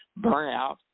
burnout